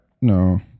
No